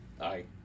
Aye